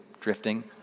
drifting